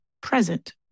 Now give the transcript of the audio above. present